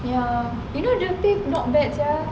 ya you know the pay not bad sia